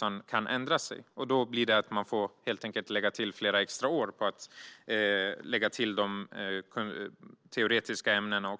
Man kan ändra sig, och då får man helt enkelt ägna flera extra år åt att lägga till de teoretiska ämnena.